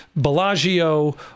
Bellagio